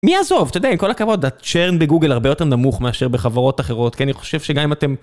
מי יעזוב, אתה יודע, עם כל הכבוד, הצ'רן בגוגל הרבה יותר נמוך מאשר בחברות אחרות, כי אני חושב שגם אם אתם...